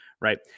right